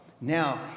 Now